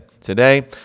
Today